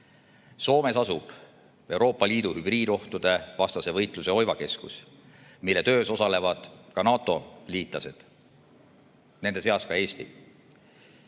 Soomes asub Euroopa Liidu hübriidohtudevastase võitluse oivakeskus, mille töös osalevad ka NATO liitlased, nende seas Eesti.